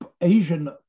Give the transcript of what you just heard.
Asian